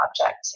object